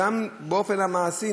גם באופן המעשי,